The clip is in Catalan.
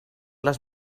les